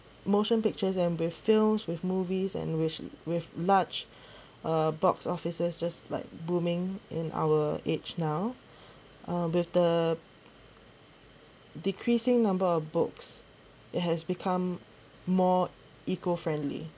motion pictures and with films with movies and with with large uh box officers just like booming in our age now uh with the decreasing number of books it has become more eco friendly